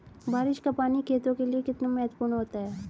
बारिश का पानी खेतों के लिये कितना महत्वपूर्ण होता है?